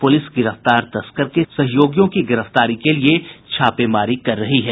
police गिरफ्तार तस्कर के सहयोगियों की गिरफ्तारी के लिए छापेमारी कर रही है